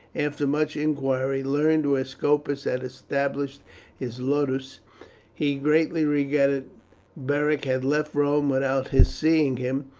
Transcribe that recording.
after much inquiry, learned where scopus had established his ludus he greatly regretted beric had left rome without his seeing him,